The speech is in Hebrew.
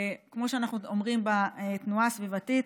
כמו שאנחנו אומרים בתנועה הסביבתית,